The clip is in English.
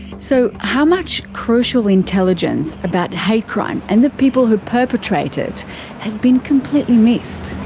so how much crucial intelligence about hate crime and the people who perpetrate it has been completely missed?